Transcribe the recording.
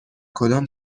کدام